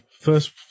first